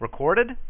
recorded